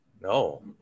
No